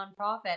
nonprofit